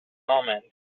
almond